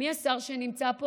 מי השר שנמצא פה?